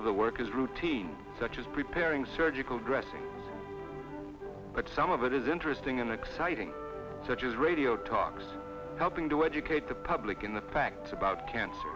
of the work is routine such as preparing surgical dressing but some of it is interesting and exciting such as radio talks helping to educate the public in the facts about cancer